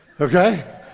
okay